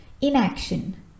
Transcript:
inaction